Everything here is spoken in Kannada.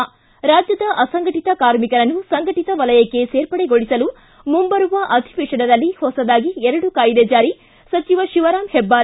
ಿ ರಾಜ್ಯದ ಅಸಂಘಟಿತ ಕಾರ್ಮಿಕರನ್ನು ಸಂಘಟಿತ ವಲಯಕ್ಕೆ ಸೇರ್ಪಡೆಗೊಳಿಸಲು ಮುಂಬರುವ ಅಧಿವೇಶನದಲ್ಲಿ ಹೊಸದಾಗಿ ಎರಡು ಕಾಯಿದೆ ಜಾರಿ ಸಚಿವ ಶಿವರಾಮ್ ಹೆಬ್ಬಾರ್